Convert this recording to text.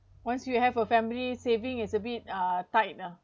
once you have a family saving is a bit uh tight ah